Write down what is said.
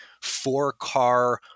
four-car